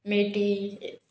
मेटी